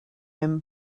him